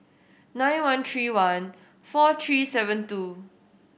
nine one three one four three seven two